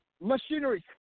machinery